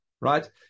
right